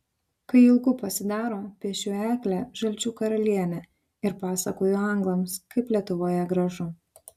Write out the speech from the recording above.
kai ilgu pasidaro piešiu eglę žalčių karalienę ir pasakoju anglams kaip lietuvoje gražu